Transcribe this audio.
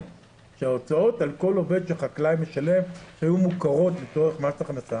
שההוצאות על כל עובד שחקלאי משלם היו מוכרות לצורך מס הכנסה,